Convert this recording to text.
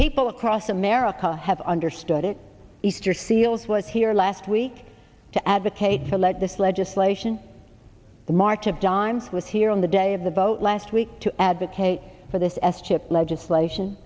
people across america have understood it easter seals was here last week to advocate to let this legislation the march of dimes was here on the day of the vote last week to advocate for this s chip legislation